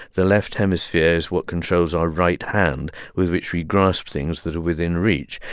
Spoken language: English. the left hemisphere is what controls our right hand with which we grasp things that are within reach.